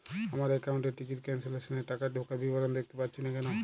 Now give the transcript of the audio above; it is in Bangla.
আমার একাউন্ট এ টিকিট ক্যান্সেলেশন এর টাকা ঢোকার বিবরণ দেখতে পাচ্ছি না কেন?